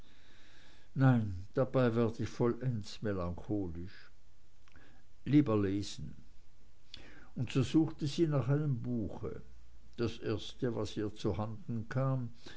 nein dabei werd ich vollends melancholisch lieber lesen und so suchte sie nach einem buch das erste was ihr zu händen kam